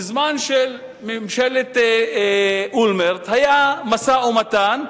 בזמן של ממשלת אולמרט היה משא-ומתן,